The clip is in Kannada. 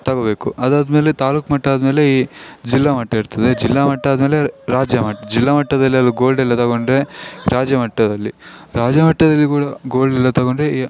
ತಗೋಬೇಕು ಅದಾದಮೇಲೆ ತಾಲ್ಲೂಕು ಮಟ್ಟ ಆದಮೇಲೆ ಈ ಜಿಲ್ಲಾ ಮಟ್ಟ ಇರ್ತದೆ ಜಿಲ್ಲಾ ಮಟ್ಟ ಆದ್ಮೇಲೆ ರಾಜ್ಯಮಟ್ಟ ಜಿಲ್ಲಾ ಮಟ್ಟದಲ್ಲಿ ಎಲ್ಲ ಗೋಲ್ಡ್ ಎಲ್ಲ ತಗೊಂಡರೆ ರಾಜ್ಯ ಮಟ್ಟದಲ್ಲಿ ರಾಜ್ಯಮಟ್ಟದಲ್ಲಿ ಕೂಡ ಗೋಲ್ಡೆಲ್ಲ ತಗೊಂಡರೆ ಈ